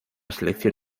selección